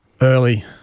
early